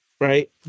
right